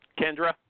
Kendra